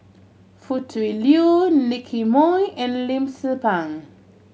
Foo Tui Liew Nicky Moey and Lim Tze Peng